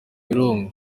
birunga